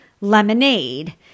lemonade